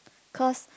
cause